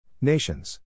Nations